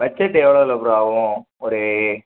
budget எவ்வளோல bro ஆகும் ஒரு